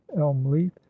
elm-leaf